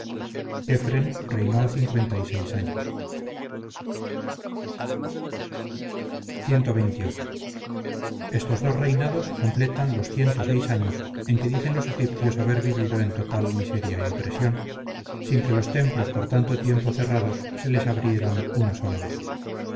quefren reinó cincuenta y seis años cxxviii estos dos reinados completan los años en que dicen los egipcios haber vivido en total miseria y opresión sin que los templos por tanto tiempo cerrados se les abrieran una sola vez